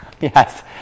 Yes